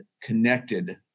connected